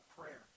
prayer